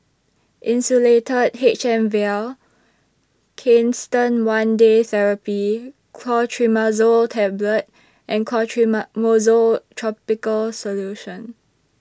Insulatard H M Vial Canesten one Day Therapy Clotrimazole Tablet and Topical Solution